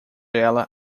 ela